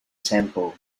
temple